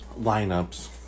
lineups